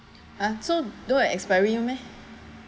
ha so do have expiry meh